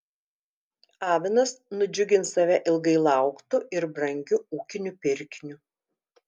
avinas nudžiugins save ilgai lauktu ir brangiu ūkiniu pirkiniu